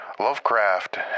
Lovecraft